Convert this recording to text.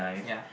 ya